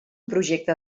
projecte